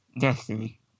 Destiny